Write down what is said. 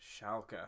Schalke